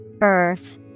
Earth